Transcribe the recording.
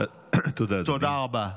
תודה רבה.